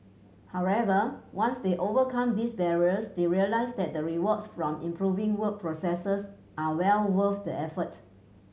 however once they overcome these barriers they realise that the rewards from improving work processes are well worth the effort